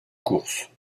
courses